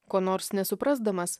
ko nors nesuprasdamas